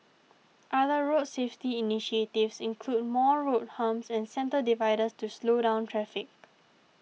other road safety initiatives include more road humps and centre dividers to slow down traffic